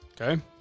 Okay